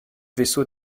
vaisseau